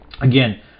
Again